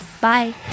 Bye